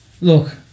Look